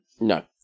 No